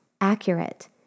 accurate